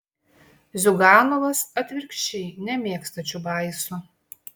ziuganovas atvirkščiai nemėgsta čiubaiso